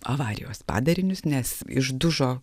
avarijos padarinius nes išdužo